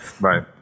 Right